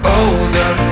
older